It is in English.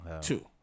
Two